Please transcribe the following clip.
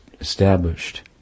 established